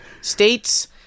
State's